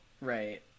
right